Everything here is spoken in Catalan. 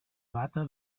data